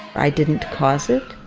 i didn't cause it.